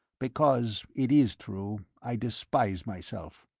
because it is true, i despise myself.